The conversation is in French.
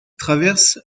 traverse